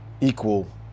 equal